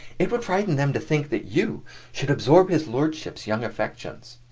it would frighten them to think that you should absorb his lordship's young affections.